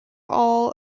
all